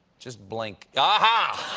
just blink. ah-ha!